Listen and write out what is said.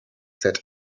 said